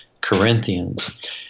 Corinthians